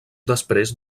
després